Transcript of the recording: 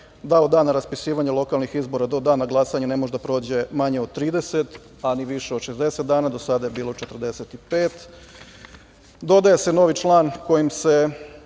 da od dana raspisivanja lokalnih izbora do dana glasanja ne može da prođe manje od 30, a ni više od 60 dana, do sada je bilo 45, dodaje se novi član kojim se